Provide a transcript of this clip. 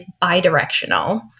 bi-directional